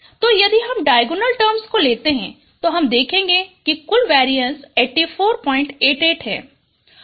तो यदि हम डायगोनल टर्म्स को लेते हैं तो हम देखेगे कि कुल वेरीएंस 8488 है